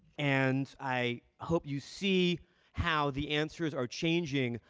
and i hope you see how the answers are changing,